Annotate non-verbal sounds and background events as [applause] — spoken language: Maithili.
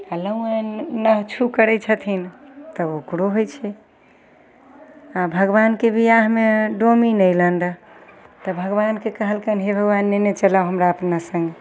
[unintelligible] करय छथिन तऽ ओकरो होइ छै आओर भगवानके बियाहमे डोमिन एलनि रहऽ तऽ भगवानके कहलकैन हे भगवान नेने चलह हमरा अपना सङ्गे